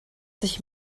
sich